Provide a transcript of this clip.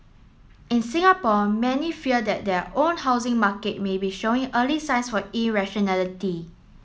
in Singapore many fear that their own housing market may be showing early signs for irrationality